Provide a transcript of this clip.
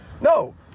No